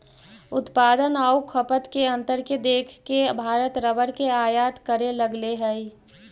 उत्पादन आउ खपत के अंतर के देख के भारत रबर के आयात करे लगले हइ